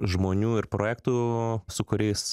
žmonių ir projektų su kuriais